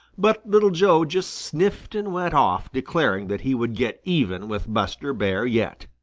but little joe just sniffed and went off declaring that he would get even with buster bear yet.